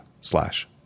slash